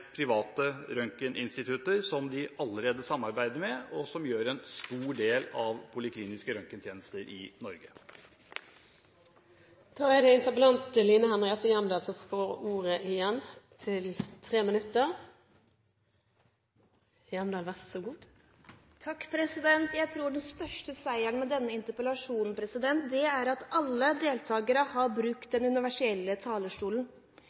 private røntgeninstitutter, som de allerede samarbeider med, og som gjør en stor del av polikliniske røntgentjenester i Norge. Jeg tror den største seieren med denne interpellasjonen er at alle deltakere har brukt den universelle talerstolen. Dette er en talerstol som jeg har brukt i syv og et halvt år – jeg har aldri vært på den andre. I dag har